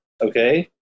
okay